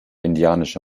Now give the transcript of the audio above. indianische